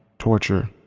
torture,